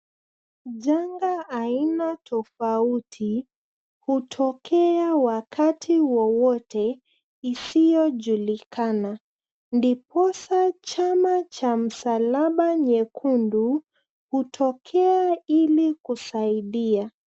Janga aina tofauti hutokea wakati wowote isiyojulikana ndiposa chama cha Msalaba Nyekundu hutokea ili kusaidia.